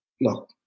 look